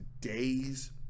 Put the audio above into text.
days